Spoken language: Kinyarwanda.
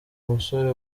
musore